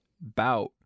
bout